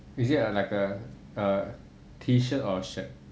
is it err like a a t-shirt or a shirt